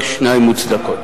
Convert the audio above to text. אז חבר הכנסת אלסאנע יודע,